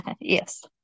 Yes